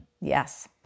Yes